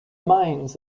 mines